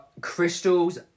Crystal's